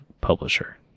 publisher